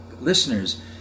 listeners